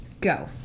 Go